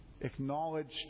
acknowledged